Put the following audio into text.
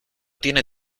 tiene